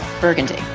Burgundy